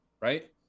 right